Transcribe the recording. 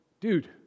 dude